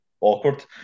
awkward